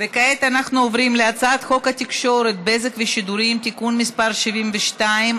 כעת אנחנו עוברים להצעת חוק התקשורת (בזק ושידורים) (תיקון מס' 72),